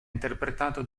interpretato